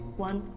one,